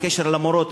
בקשר למורות,